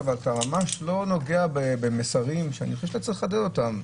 אבל אתה ממש לא נוגע במסרים שאני חושב שאתה צריך לחדד אותם.